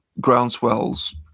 Groundswell's